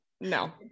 no